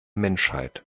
menschheit